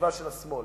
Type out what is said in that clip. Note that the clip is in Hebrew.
החשיבה של השמאל,